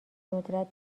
ندرت